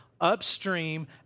upstream